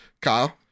Kyle